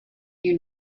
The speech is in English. you